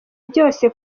byose